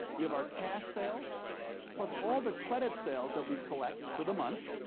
we have our cash sales plus all the credit sales that we collect for the month,